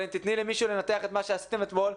אבל אם תתני למישהו לנתח את מה שעשיתם אתמול,